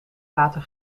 water